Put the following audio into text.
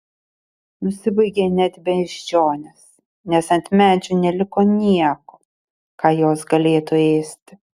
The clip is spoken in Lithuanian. nusibaigė net beždžionės nes ant medžių neliko nieko ką jos galėtų ėsti